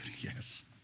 Yes